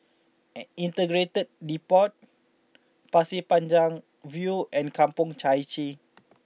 Integrated Depot Pasir Panjang View and Kampong Chai Chee